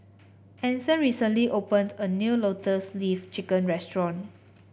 Anson recently opened a new Lotus Leaf Chicken restaurant